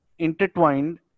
Intertwined